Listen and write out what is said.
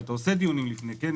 ואתה עשית דיונים לפני כן,